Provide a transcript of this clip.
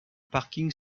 parking